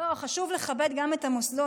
חשוב לכבד גם את המוסדות.